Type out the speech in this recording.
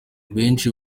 benshi